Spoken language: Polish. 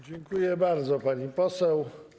Dziękuję bardzo, pani poseł.